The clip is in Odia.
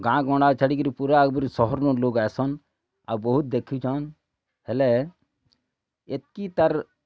ଗାଁ ଗଣ୍ଡା ଛାଡ଼ିକିରି ପୁରା ପୁରି ସହର୍ନୁ ଲୋକ୍ ଆଇସନ୍ ଆଉ ବହୁତ୍ ଦେଖିଛନ୍ ହେଲେ ଏତିକି ତା'ର୍